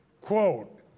Quote